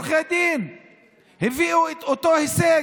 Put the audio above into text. עורכי דין הביאו את אותו הישג.